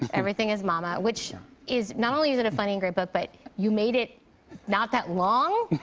everything is mama, which is not only is it a funny and great book, but you made it not that long.